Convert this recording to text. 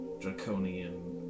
draconian